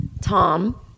Tom